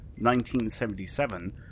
1977